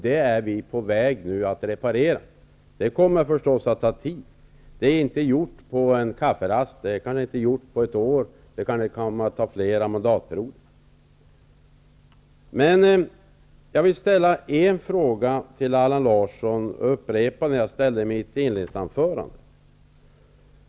Den är vi nu på väg att reparera. Det kommer förstås att ta tid, för det gör man inte på en kafferast. Det är kanske inte gjort på ett år, utan det kan ta flera mandatperioder. Jag vill upprepa den fråga som jag ställde till Allan Larsson i mitt inledningsanförande.